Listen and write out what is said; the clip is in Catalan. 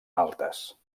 altes